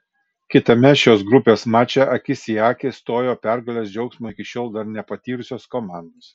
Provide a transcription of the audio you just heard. kitame šios grupės mače akis į akį stojo pergalės džiaugsmo iki šiol dar nepatyrusios komandos